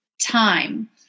time